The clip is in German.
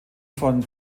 von